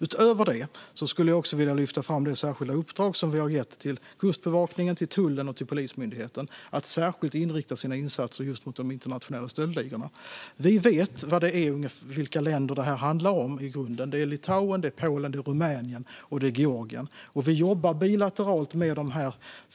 Utöver detta skulle jag vilja lyfta fram det särskilda uppdrag som vi har gett till Kustbevakningen, tullen och Polismyndigheten att särskilt rikta sina insatser just mot de internationella stöldligorna. Vi vet vilka länder detta i grunden handlar om - det är Litauen, Polen, Rumänien och Georgien - och vi jobbar bilateralt med dem.